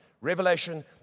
Revelation